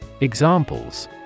Examples